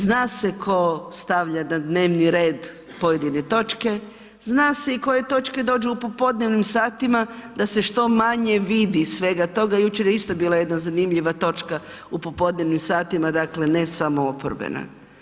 Zna se tko stavlja na dnevni red pojedine točke, zna se i koje točke dođu u popodnevnim satima da se što manje vidi svega toga, jučer je isto bila jedna zanimljiva točka u popodnevnim satima, dakle ne samo oporbena.